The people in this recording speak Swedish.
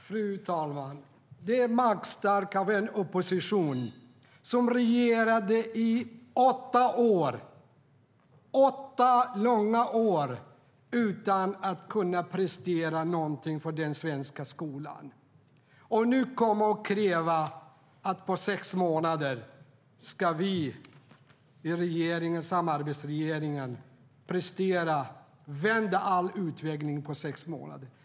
Fru talman! Det är magstarkt av en opposition som regerade i åtta långa år utan att kunna prestera något för den svenska skolan att nu kräva att vi i samarbetsregeringen ska vända all utveckling på sex månader.